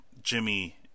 Jimmy